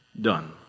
done